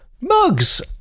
mugs